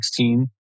2016